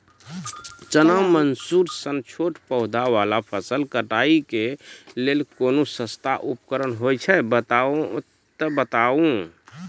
चना, मसूर सन छोट पौधा वाला फसल कटाई के लेल कूनू सस्ता उपकरण हे छै तऽ बताऊ?